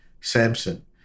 Samson